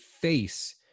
face